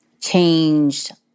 changed